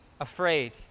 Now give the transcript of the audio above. afraid